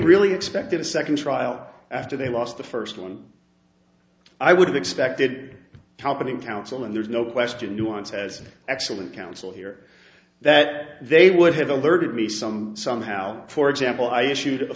really expected a second trial after they lost the first one i would have expected a competent counsel and there's no question nuance has an excellent counsel here that they would have alerted me some somehow for example i issued a